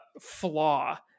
flaw